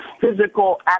physical